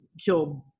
killed